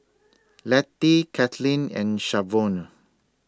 Lettie Katlyn and Shavonne